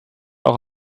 auch